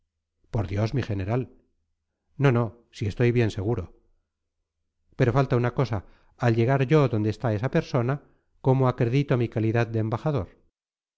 por dios mi general no no si estoy bien seguro pero falta una cosa al llegar yo donde está esa persona cómo acredito mi calidad de embajador